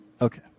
Okay